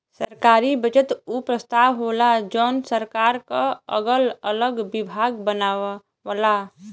सरकारी बजट उ प्रस्ताव होला जौन सरकार क अगल अलग विभाग बनावला